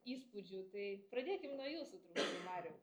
įspūdžių tai pradėkim nuo jūsų turbūt mariau